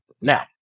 Now